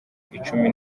icumi